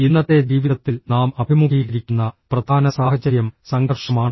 ഇന്നത്തെ ജീവിതത്തിൽ നാം അഭിമുഖീകരിക്കുന്ന പ്രധാന സാഹചര്യം സംഘർഷമാണ്